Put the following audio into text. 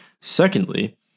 Secondly